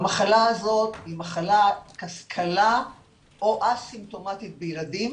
המחלה הזאת היא מחלה קלה או א-סימפטומטית בילדים,